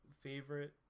favorite